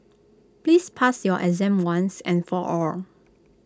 please pass your exam once and for all